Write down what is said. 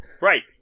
Right